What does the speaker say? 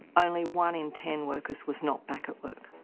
only one in ten workers was not back at work.